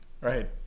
Right